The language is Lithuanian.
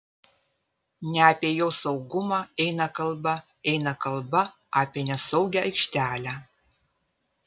ne apie jos saugumą eina kalba eina kalba apie nesaugią aikštelę